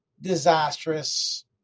disastrous